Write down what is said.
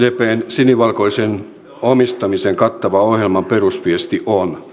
sdpn sinivalkoisen omistamisen kattavan ohjelman perusviesti on